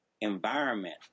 environment